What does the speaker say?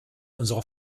unserer